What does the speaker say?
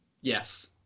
Yes